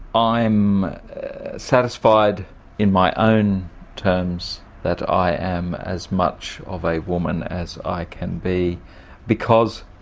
i'm satisfied in my own terms that i am as much of a woman as i can be because